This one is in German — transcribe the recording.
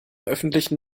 öffentlichen